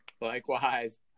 likewise